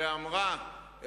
ואמרה,